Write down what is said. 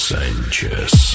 Sanchez